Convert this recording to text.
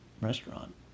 restaurant